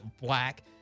black